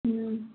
ହୁଁ